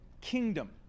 kingdom